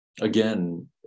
again